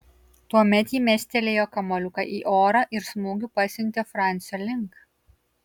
tuomet ji mestelėjo kamuoliuką į orą ir smūgiu pasiuntė francio link